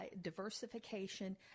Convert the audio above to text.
Diversification